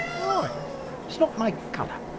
why? it's not my colour,